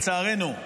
לצערנו,